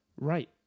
right